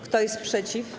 Kto jest przeciw?